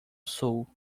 sul